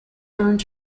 earned